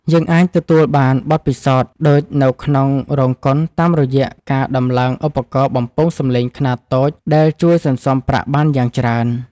យើងអាចទទួលបានបទពិសោធន៍ដូចនៅក្នុងរោងកុនតាមរយៈការដំឡើងឧបករណ៍បំពងសម្លេងខ្នាតតូចដែលជួយសន្សំប្រាក់បានយ៉ាងច្រើន។